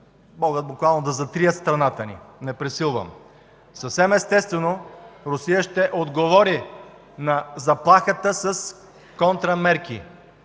могат да затрият страната ни. Не пресилвам. Съвсем естествено Русия ще отговори на заплахата с контрамерки.